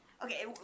Okay